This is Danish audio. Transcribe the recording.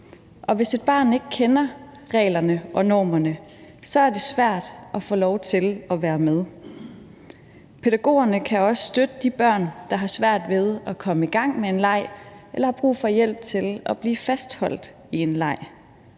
er. Hvis et barn ikke kender reglerne og normerne, er det svært at få lov til at være med. Pædagogerne kan også støtte de børn, der har svært ved at komme i gang med en leg eller har brug for hjælp til at blive fastholdt i en leg.